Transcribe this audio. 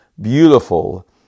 beautiful